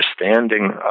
understanding